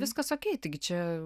viskasokei taigi čia